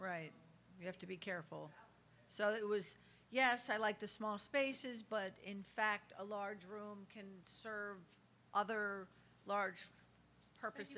right you have to be careful so that was yes i like the small spaces but in fact a large room and serve other large purpose